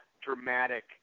dramatic